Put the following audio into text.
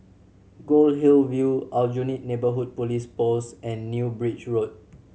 Goldhill View Aljunied Neighbourhood Police Post and New Bridge Road